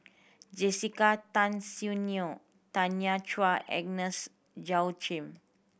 Jessica Tan Soon Neo Tanya Chua Agnes Joaquim